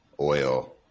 oil